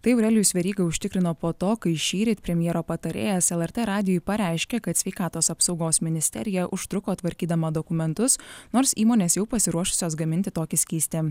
tai aurelijus veryga užtikrino po to kai šįryt premjero patarėjas lrt radijui pareiškė kad sveikatos apsaugos ministerija užtruko tvarkydama dokumentus nors įmonės jau pasiruošusios gaminti tokį skystį